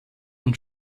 und